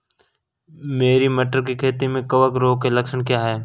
मेरी मटर की खेती में कवक रोग के लक्षण क्या हैं?